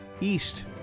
east